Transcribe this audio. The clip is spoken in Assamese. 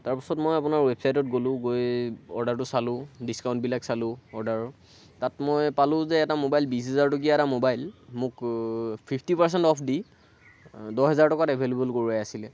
তাৰ পাছত মই আপোনাৰ ৱেবচাইটত গ'লোঁ গৈ অৰ্ডাৰটো চালোঁ ডিস্কাউণ্ট বিলাক চালোঁ অৰ্ডাৰৰ তাত মই পালোঁ যে এটা ম'বাইল বিশ হেজাৰ টকীয়া এটা ম'বাইল মোক ফিফটি পাৰ্চেণ্ট অফ দি দহ হেজাৰ টকাত এভেইলেবল কৰোৱাই আছিলে